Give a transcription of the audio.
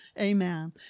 Amen